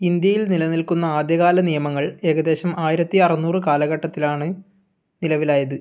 ഇന്ത്യയിൽ നിലനിൽക്കുന്ന ആദ്യകാല നിയമങ്ങൾ ഏകദേശം ആയിരത്തി അറുനൂറ് കാലഘട്ടത്തിലാണ് നിലവിലായത്